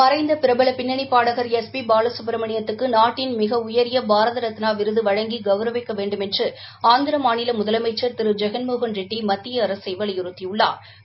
மறைந்த பிரபல பின்னணி பாடகர் எஸ் பி பாலகப்ரமணியத்துக்கு நாட்டின் மிக உயரிய பாரத ரத்னா விருது வழங்கி கௌரவிக்க வேண்டுமென்று ஆந்திர மாநில முதலமைச்ச் திரு ஜெகன்மோகன்ரெட்டி மத்திய அரசை வலியுறுத்தியுள்ளாா்